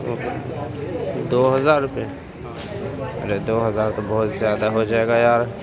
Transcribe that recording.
دو ہزار روپے ارے دو ہزار تو بہت زیادہ ہو جائے گا یار